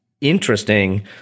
interesting